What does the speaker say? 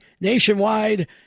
nationwide